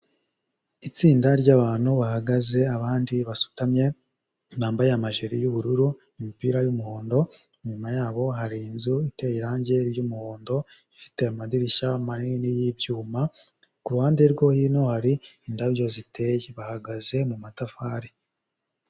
Itsinda ry'abantu bahagaze abandi basutamye, bambaye amajiri y'ubururu, imipira y'umuhondo. Inyuma yabo hari inzu iteye irange ry'umuhondo, ifite amadirishya manini y'ibyuma, ku ruhande rwo hino hari indabyo ziteye, bahagaze mu matafari.